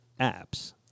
apps